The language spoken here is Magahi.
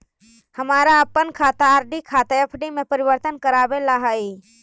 हमारा अपन आर.डी खाता एफ.डी में परिवर्तित करवावे ला हई